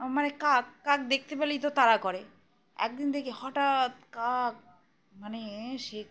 মানে কাক কাক দেখতে পেলেই তো তাড়া করে একদিন দেখি হঠাৎ কাক মানে সে